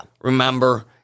Remember